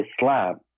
Islam